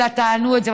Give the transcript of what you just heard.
אלא טענו את זה,